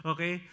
Okay